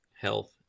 health